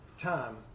time